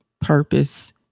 Purpose